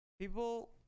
People